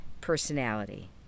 personality